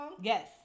Yes